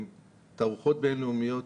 תערוכות בינלאומיות